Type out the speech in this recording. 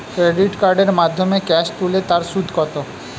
Credit কার্ডের মাধ্যমে cash তুলে তার সুদ কত?